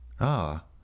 Ah